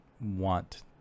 want